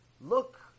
Look